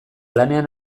lanean